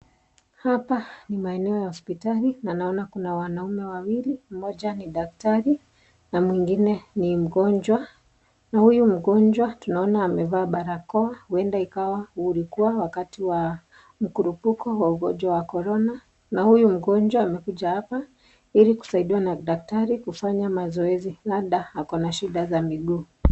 Hapa ni maeneo ya hospitali na naona kuna wanaume wawili, mmoja ni daktari na mwingine ni mgonjwa na huyo mgonjwa tunaona ame vaa barakoa huenda ikawa ulikuwa wakati wa mkurupuko wa ugonjwa wa Corona na huyu mgonjwa ame kuja hapa ili kusaidiwa na daktari kufanya mazoezi labda ako na shida za miguu